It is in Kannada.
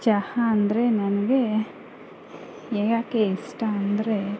ಚಹಾ ಅಂದರೆ ನನಗೆ ಏಕೆ ಇಷ್ಟ ಅಂದರೆ